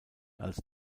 als